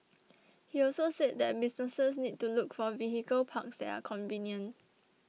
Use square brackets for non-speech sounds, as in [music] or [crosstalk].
[noise] he also said that businesses need to look for vehicle parks that are convenient